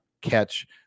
catch